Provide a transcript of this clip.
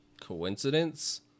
coincidence